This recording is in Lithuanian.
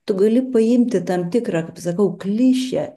tu gali paimti tam tikrą kaip sakau klišę